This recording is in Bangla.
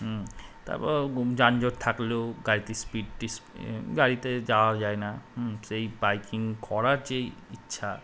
হুম তারপর যানজট থাকলেও গাড়িতে স্পিডটি গাড়িতে যাওয়া যায় না হুম সেই বাইকিং করার যে ইচ্ছা